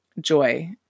joy